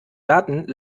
daten